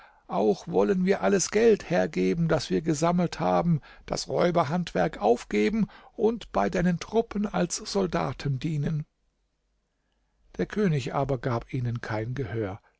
auch wollen wir alles geld hergeben das wir gesammelt haben das räuberhandwerk aufgeben und bei deinen truppen als soldaten dienen der könig aber gab ihnen kein gehör